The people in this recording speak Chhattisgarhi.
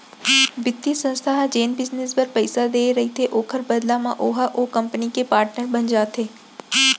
बित्तीय संस्था ह जेन बिजनेस बर पइसा देय रहिथे ओखर बदला म ओहा ओ कंपनी के पाटनर बन जाथे